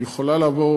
היא יכולה לעבור